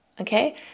okay